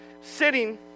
sitting